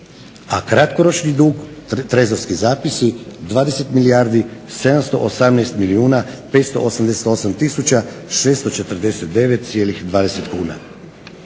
a kratkoročni dug, trezorski zapisi 20 milijardi 718 milijuna 588 tisuća 649